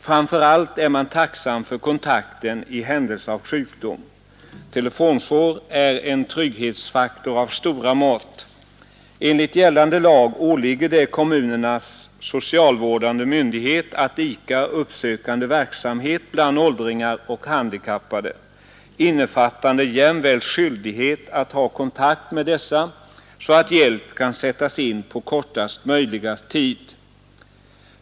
Framför allt är man tacksam för kontakten i händelse av sjukdom. Telefonjour är en trygghetsfaktor av stora mått. Enligt gällande lag åligger det kommunens socialvårdande myndighet att idka uppsökande verksamhet bland åldringar och handikappade, innefattande jämväl skyldighet att ha kontakt med dessa så att hjälp kan sättas in på kortaste möjliga tid.